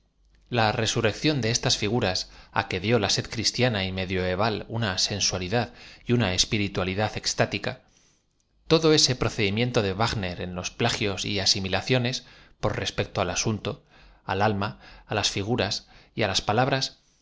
la resurrec ción de estas figuras á que dió la sed cristiana y me dioeval una mensualidad y una espiritualidad extática todo ese procedimiento de w a g n e r en lo plagios y asimilaciones por respecto al asunto al alm a á las figuras y á las palabras